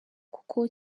kuko